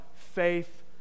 faith